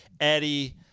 Eddie